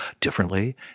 differently